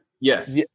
Yes